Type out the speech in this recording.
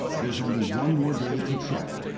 there's only one more day to check,